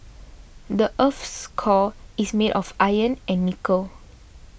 the earth's core is made of iron and nickel